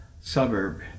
suburb